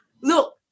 look